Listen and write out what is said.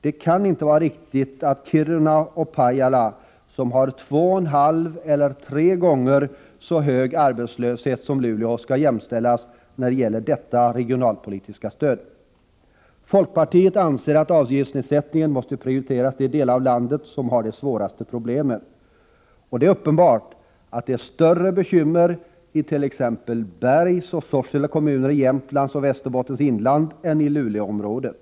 Det kan inte vara riktigt att Kiruna och Pajala, som har två och en halv eller tre gånger så hög arbetslöshet som Luleå, skall jämställas med Luleå när det gäller detta regionalpolitiska stöd. Folkpartiet anser att avgiftsnedsättningen måste prioritera de delar av landet som har de svåraste problemen. Det är uppenbart att det är större bekymmer i t.ex. Bergs och Sorsele kommuner i Jämtlands och Västerbottens inland än i Luleåområdet.